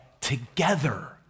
together